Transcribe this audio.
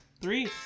Three